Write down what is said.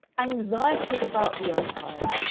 anxieties about the empire